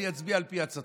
ואני אצביע על פי עצתך.